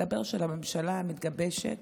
מסתבר שלממשלה המתגבשת